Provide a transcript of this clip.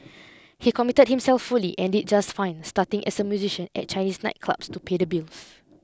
he commit himself fully and did just fine starting as a musician at Chinese nightclubs to pay the bills